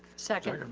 second.